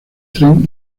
tren